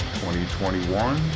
2021